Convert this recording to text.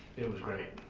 it was great.